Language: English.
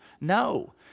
No